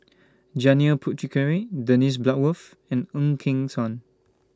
Janil Puthucheary Dennis Bloodworth and Ng Eng Hen